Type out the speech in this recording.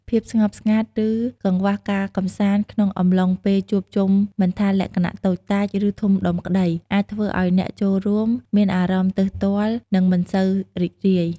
ភាពស្ងប់ស្ងាត់ ឬ កង្វះការកម្សាន្តក្នុងអំឡុងពេលជួបជុំមិនថា លក្ខណៈតូចតាច ឬ ធំដុំក្ដី អាចធ្វើឱ្យអ្នកចូលរួមមានអារម្មណ៍ទើសទាល់ និងមិនសូវរីករាយ។